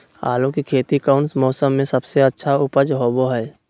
आलू की खेती कौन मौसम में सबसे अच्छा उपज होबो हय?